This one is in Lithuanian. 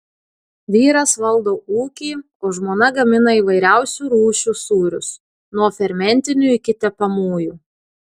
vyras valdo ūkį o žmona gamina įvairiausių rūšių sūrius nuo fermentinių iki tepamųjų